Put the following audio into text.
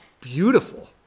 beautiful